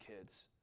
kids